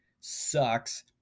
sucks